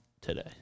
today